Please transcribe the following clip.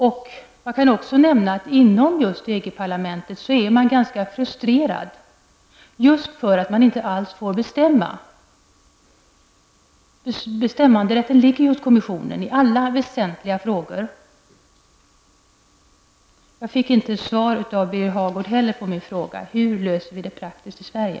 Jag kan också nämna att man inom EG parlamentet är ganska frustrerad just därför att man inte alls får bestämma. Bestämmanderätten ligger hos kommissionen i alla väsentliga frågor. Jag fick inte heller svar av Birger Hagård på min fråga om hur vi praktiskt löser detta i Sverige.